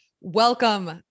welcome